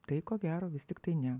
tai ko gero vis tiktai ne